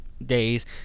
Days